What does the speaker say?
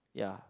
ya